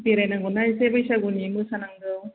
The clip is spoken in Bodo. बेरायनांगौहाय एसे बैसागुनि मोसानांगौ